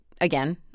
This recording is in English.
again